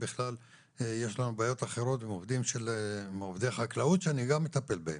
בכלל יש לנו בעיות אחרות עם עובדי החקלאות שאני גם מטפל בהם,